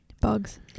bugs